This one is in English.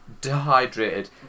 dehydrated